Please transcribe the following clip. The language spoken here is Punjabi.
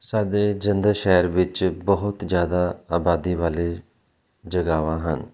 ਸਾਡੇ ਜਲੰਧਰ ਸ਼ਹਿਰ ਵਿੱਚ ਬਹੁਤ ਜ਼ਿਆਦਾ ਆਬਾਦੀ ਵਾਲੇ ਜਗਾਵਾਂ ਹਨ